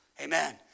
Amen